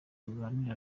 tuganire